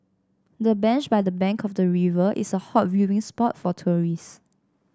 the bench by the bank of the river is a hot viewing spot for tourists